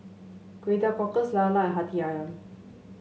Kway Teow Cockles lala and hati ayam